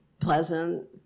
pleasant